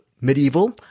Medieval